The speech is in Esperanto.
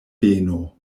beno